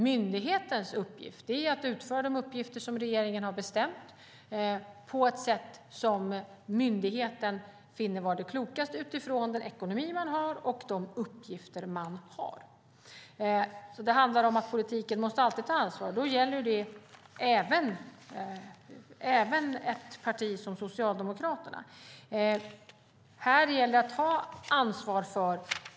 Myndighetens uppgift är att utföra de uppgifter som regeringen har bestämt på ett sätt som myndigheten finner vara det klokaste utifrån vilken ekonomi man har och vilka uppgifter man har. Det handlar om att politiken alltid måste ta ansvar. Det gäller även ett parti som Socialdemokraterna.